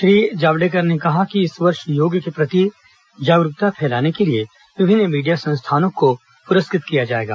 श्री जावड़ेकर ने कहा कि इस वर्ष योग के प्रति जागरूकता फैलाने के लिए विभिन्न मीडिया संस्थानों को पुरस्कृत किया जायेगा